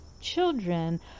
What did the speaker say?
children